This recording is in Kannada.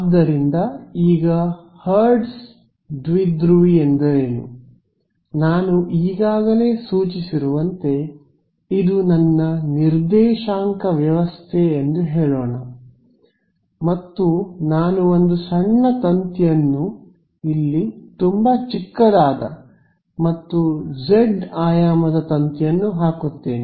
ಆದ್ದರಿಂದ ಈಗ ಹರ್ಟ್ಜ್ ದ್ವಿಧ್ರುವಿ ಎಂದರೇನು ನಾನು ಈಗಾಗಲೇ ಸೂಚಿಸಿರುವಂತೆ ಇದು ನನ್ನ ನಿರ್ದೇಶಾಂಕ ವ್ಯವಸ್ಥೆ ಎಂದು ಹೇಳೋಣ ಮತ್ತು ನಾನು ಒಂದು ಸಣ್ಣ ತಂತಿಯನ್ನು ಇಲ್ಲಿ ತುಂಬಾ ಚಿಕ್ಕದಾದ ಮತ್ತು ಜೆಡ್ ಆಯಾಮದ ತಂತಿಯನ್ನು ಹಾಕುತ್ತೇನೆ